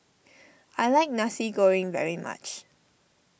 I like Nasi Goreng very much